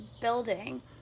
building